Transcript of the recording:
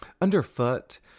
Underfoot